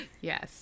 Yes